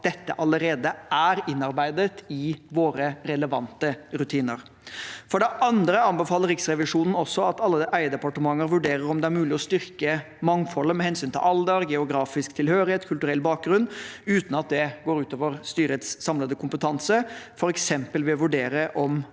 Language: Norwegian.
dette allerede er innarbeidet i våre relevante rutiner. For det andre anbefaler Riksrevisjonen også at alle eierdepartementer vurderer om det er mulig å styrke mangfoldet med hensyn til alder, geografisk tilhørighet og kulturell bakgrunn uten at det går ut over styrets samlede kompetanse, f.eks. ved å vurdere om